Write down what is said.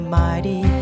mighty